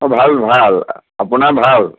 অঁ ভাল ভাল আপোনাৰ ভাল